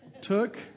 took